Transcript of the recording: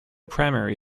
primary